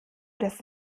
das